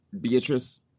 beatrice